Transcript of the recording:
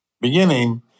beginning